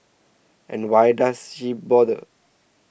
and why does she bother